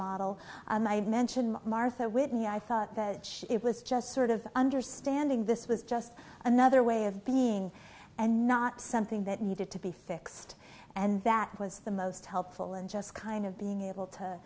model and i mentioned martha whitney i thought that it was just sort of understanding this was just another way of being and not something that needed to be fixed and that was the most helpful and just kind of being able to